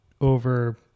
over